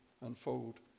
unfold